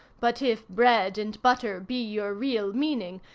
but if bread and butter be your real meaning,